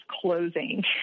closing